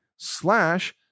slash